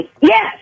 Yes